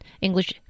English